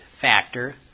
factor